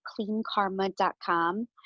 cleankarma.com